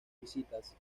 visitas